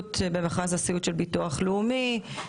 לתלות במכרז הסיעוד של ביטוח לאומי,